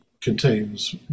contains